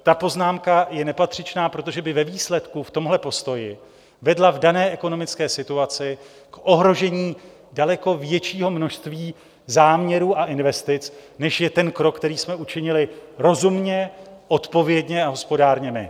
Ta poznámka je nepatřičná, protože by ve výsledku v tomhle postoji vedla v dané ekonomické situaci k ohrožení daleko většího množství záměrů a investic, než je ten krok, který jsme učinili rozumně, odpovědně a hospodárně my.